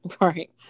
Right